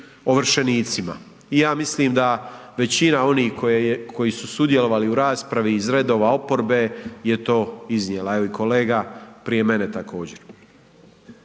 ovršenicima. I ja mislim da većina onih koji su sudjelovali u raspravi iz redova oporbe je to iznijela, evo i kolega prije mene također.